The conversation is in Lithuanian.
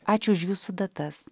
ačiū už jūsų datas